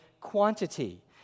quantity